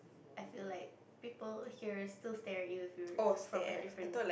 I feel like people here still stare at you if you from a different